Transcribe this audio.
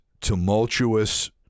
tumultuous